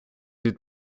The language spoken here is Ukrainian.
від